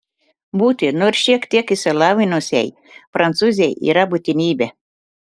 būti nors šiek tiek išsilavinusiai prancūzei yra būtinybė